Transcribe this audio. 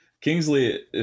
Kingsley